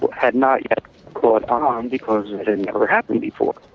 but had not yet caught on, because it had never happened before.